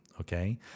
okay